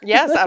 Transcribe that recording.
Yes